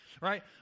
right